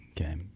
Okay